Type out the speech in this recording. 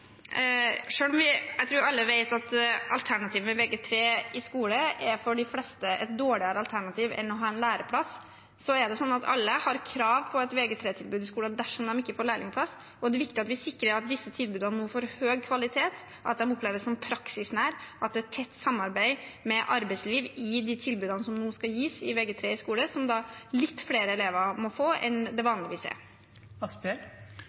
Jeg tror alle vet at alternativ med Vg3 i skole for de fleste er et dårligere alternativ enn å ha en læreplass. Det er slik at alle har krav på et Vg3-tilbud i skolen dersom de ikke får lærlingplass. Det er viktig at vi sikrer at disse tilbudene nå får høy kvalitet, at de oppleves som praksisnære, og at det er tett samarbeid med arbeidslivet i de tilbudene som nå skal gis for Vg3 i skole, som litt flere elever enn vanlig må få. Jeg tror at det